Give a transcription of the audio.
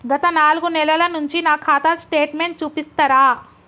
గత నాలుగు నెలల నుంచి నా ఖాతా స్టేట్మెంట్ చూపిస్తరా?